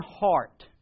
heart